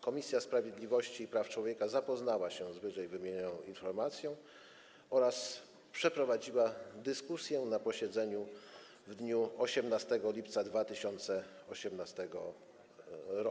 Komisja Sprawiedliwości i Praw Człowieka zapoznała się z ww. informacją oraz przeprowadziła dyskusję na posiedzeniu w dniu 18 lipca 2018 r.